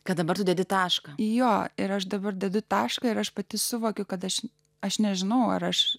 kad dabar tu dedi tašką jo ir aš dabar dedu tašką ir aš pati suvokiau kad aš aš nežinau ar aš